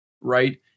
right